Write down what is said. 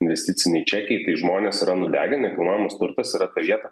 investiciniai čekiai tai žmonės yra nudegę nekilnojamas turtas yra ta vieta